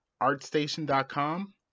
artstation.com